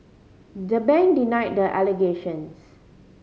the bank denied the allegations